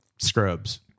scrubs